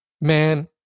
man